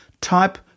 Type